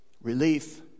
relief